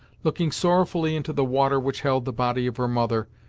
looking sorrowfully into the water which held the body of her mother,